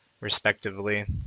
respectively